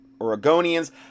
oregonians